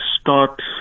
start